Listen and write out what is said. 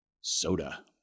soda